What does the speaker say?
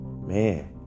man